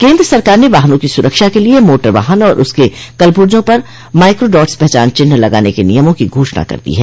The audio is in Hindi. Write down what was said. केन्द्र सरकार ने वाहनों की सुरक्षा के लिए मोटर वाहन और उनके कलप्र्जो पर माइक्रोडॉट्स पहचान चिन्ह लगाने के नियमों की घोषणा कर दी है